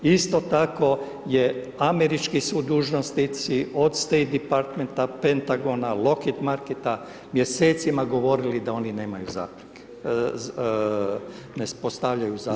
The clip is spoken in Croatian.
Isto tako je američki su dužnosnici od State Departmenta, Pentagona, Lockheed Martin mjesecima govorili da oni nemaju zapreke, ne postavljaju zapreke.